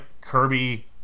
Kirby